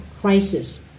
crisis